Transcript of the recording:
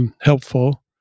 helpful